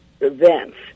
events